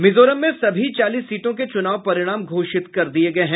मिजोरम में सभी चालीस सीटों के चुनाव परिणाम घोषित कर दिए गए हैं